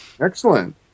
excellent